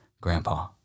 grandpa